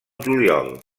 juliol